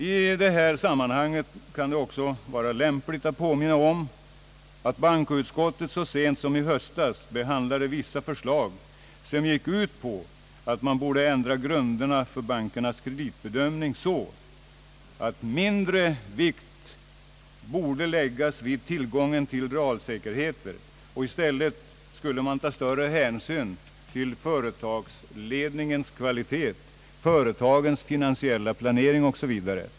I detta sammanhang kan det också vara lämpligt att påminna om att bankoutskottet så sent som i höstas behandlade vissa förslag, som gick ut på att man borde ändra grunderna för bankernas kreditbedömning så att mindre vikt lades på tillgången av realsäkerheter och i stället större hänsyn togs till företagsledningens kvalitet, företagens finansiella planering o.s.v.